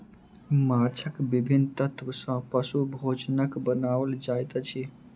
माँछक विभिन्न तत्व सॅ पशु भोजनक बनाओल जाइत अछि